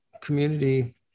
community